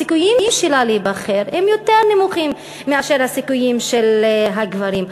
הסיכויים שלה להיבחר הם יותר נמוכים מהסיכויים של הגברים.